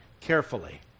carefully